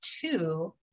two